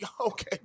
okay